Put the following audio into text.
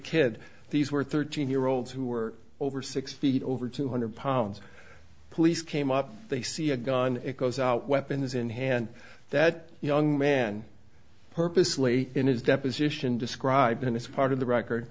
kid these were thirteen year olds who were over six feet over two hundred pounds police came up they see a gun it goes out weapons in hand that young man purposely in his deposition described in this part of the record